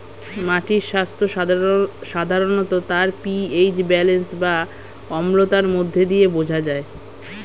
মাটির স্বাস্থ্য সাধারণত তার পি.এইচ ব্যালেন্স বা অম্লতার মধ্য দিয়ে বোঝা যায়